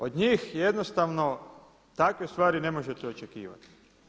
Od njih jednostavno takve stvari ne možete očekivati.